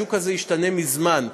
השוק הזה השתנה מזמן.